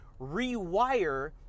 rewire